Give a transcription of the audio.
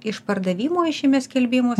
iš pardavimo išėmė skelbimus